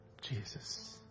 Jesus